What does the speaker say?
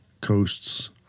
coasts